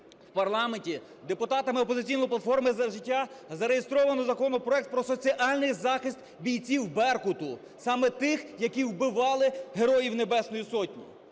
в парламенті, депутатами "Опозиційної платформи - За життя" зареєстровано законопроект про соціальний захист бійців "Беркут", саме тих, які вбивали Героїв Небесної Сотні.